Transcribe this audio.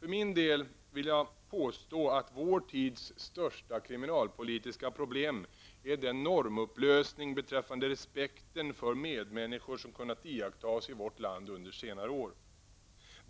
För min del vill jag påstå att vår tids största kriminalpolitiska problem är den normupplösning beträffande respekten för medmänniskor som har kunnat iakttas i vårt land under senare år.